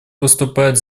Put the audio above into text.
выступает